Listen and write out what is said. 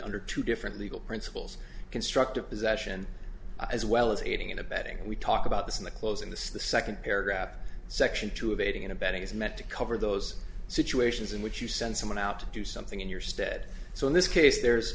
under two different legal principles constructive possession as well as aiding and abetting and we talk about this in the close in the second paragraph section two of aiding and abetting is meant to cover those situations in which you send someone out to do something in your stead so in this case there's